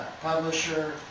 publisher